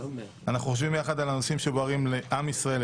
אנחנו יושבים יחד על הנושאים שבוערים לעם ישראל,